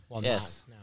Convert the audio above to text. Yes